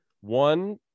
One